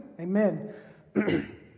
Amen